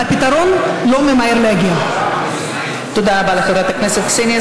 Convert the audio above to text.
הייתי בארץ שנה.